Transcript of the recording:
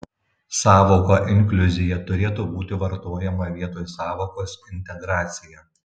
sąvoka inkliuzija turėtų būti vartojama vietoj sąvokos integracija